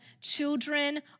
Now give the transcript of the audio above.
children